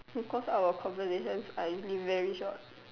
because our conversation is ideally very short